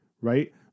right